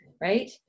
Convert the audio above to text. right